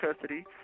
custody